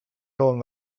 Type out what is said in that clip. kauem